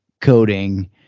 coding